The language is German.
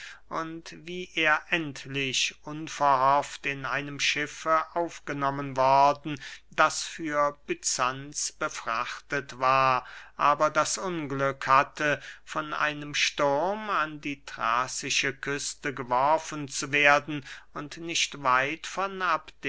und wie er endlich unverhofft in einem schiffe aufgenommen worden das für byzanz betrachtet war aber das unglück hatte von einem sturm an die thrazische küste geworfen zu werden und nicht weit von